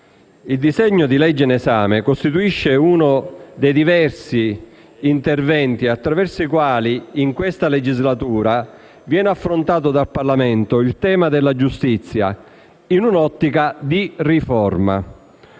il disegno di legge in esame costituisce uno dei diversi interventi attraverso i quali in questa legislatura viene affrontato dal Parlamento il tema della giustizia in un'ottica di riforma.